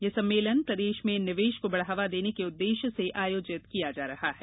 यह सम्मेलन प्रदेश में निवेश को बढ़ावा देने के उद्देश्य से आयोजित किया जा रहा है